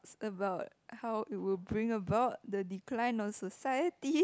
about how it would bring about the decline of society